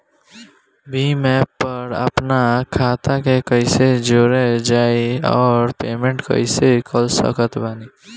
Bhim app पर आपन खाता के कईसे जोड़म आउर ओसे पेमेंट कईसे कर सकत बानी?